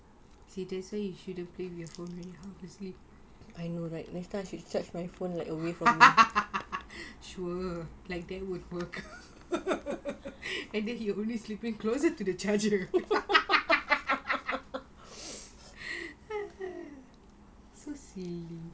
see that's why you shouldn't play with your phone when you are half asleep sure like that would work later you will only sleeping closer to the charger